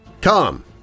Come